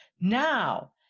Now